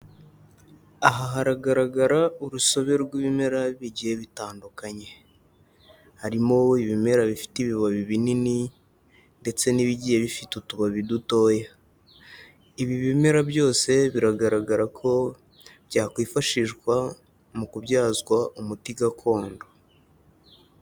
Aha hagaragara urusobe rw'ibimera bigiyehe bitandukanye, harimo ibimera bifite ibibabi binini ndetse n'ibigiye bifite utubabi dutoya, ibi bimera byose biragaragara ko byakwifashishwa mu kubyazwa umuti gakondo.